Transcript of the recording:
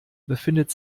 befindet